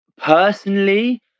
personally